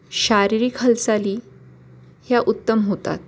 शारीरिक हालचाली ह्या उत्तम होतात